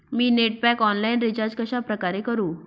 मी net pack online recharge कशाप्रकारे करु?